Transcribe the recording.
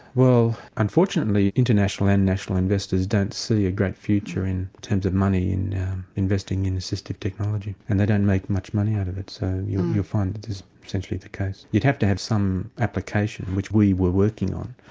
well unfortunately international and national investors don't see a great future in terms of money in investing in assistive technology and they don't make much money out of it. so you'll you'll find that this is essentially the case. you'd have to have some application which we were working on,